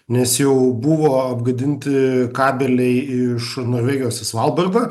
nes jau buvo apgadinti kabeliai iš norvegijos į svalbardą